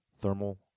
thermal